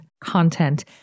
content